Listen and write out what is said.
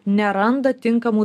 neranda tinkamų